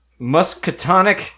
muscatonic